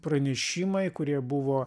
pranešimai kurie buvo